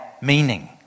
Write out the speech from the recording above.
meaning